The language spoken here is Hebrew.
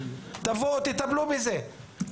תבואו תטפלו בזה,